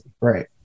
Right